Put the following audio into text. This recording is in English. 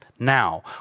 Now